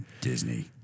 Disney